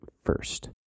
first